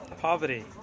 poverty